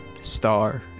Star